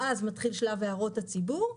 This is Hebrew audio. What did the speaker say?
ואז מתחיל שלב הערות הציבור.